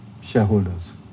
shareholders